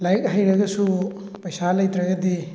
ꯂꯥꯏꯔꯤꯛ ꯍꯩꯔꯒꯁꯨ ꯄꯩꯁꯥ ꯂꯩꯇ꯭ꯔꯒꯗꯤ